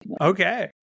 Okay